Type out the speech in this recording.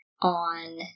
on